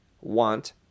want